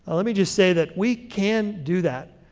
ah let me just say that we can do that.